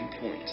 point